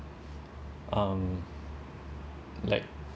um like